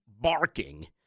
barking